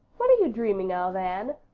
what are you dreaming of, anne?